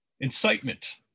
incitement